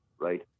right